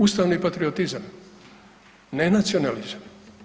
Ustavni patriotizam ne nacionalizam.